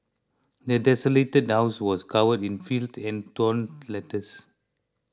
the desolated house was covered in filth and torn letters